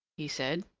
he said.